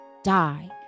Die